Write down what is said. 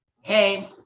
Hey